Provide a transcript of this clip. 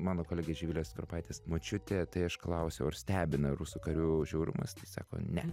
mano kolegės živilės kropaitės močiutė tai aš klausiau ar stebina rusų karių žiaurumas tai sako ne